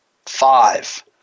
Five